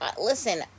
Listen